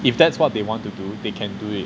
if that's what they want to do they can do it